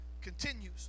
continues